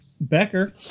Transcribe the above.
Becker